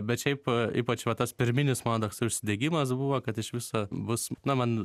bet šiaip ypač va tas pirminis mano toksai užsidegimas buvo kad iš viso bus na man